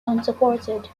unsupported